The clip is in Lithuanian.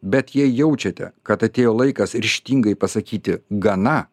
bet jei jaučiate kad atėjo laikas ryžtingai pasakyti gana